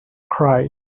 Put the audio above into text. cried